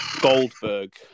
Goldberg